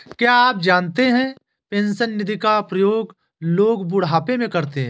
क्या आप जानते है पेंशन निधि का प्रयोग लोग बुढ़ापे में करते है?